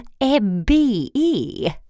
M-B-E